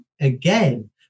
again